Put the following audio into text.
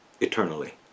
eternally